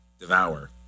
devour